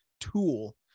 tool